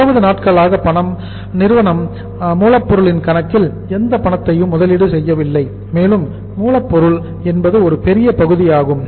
20 நாட்களாக நிறுவனம் மூலப்பொருளின் கணக்கில் எந்த பணத்தையும் முதலீடு செய்யவில்லை மேலும் மூலப்பொருள் என்பது ஒரு பெரிய பகுதியாகும்